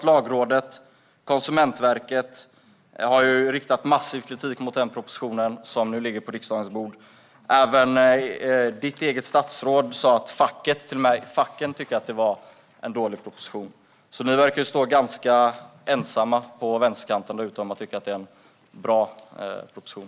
Lagrådet och Konsumentverket har riktat massiv kritik mot den proposition som nu ligger på riksdagens bord. Även ditt eget statsråd sa att till och med facken tyckte att det var en dålig proposition. Så ni där ute på vänsterkanten verkar vara ganska ensamma om att tycka att det är en bra proposition.